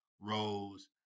Rose